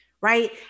right